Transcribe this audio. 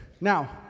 Now